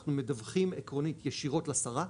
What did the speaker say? ואנחנו מדווחים עקרונית ישירות לשרה,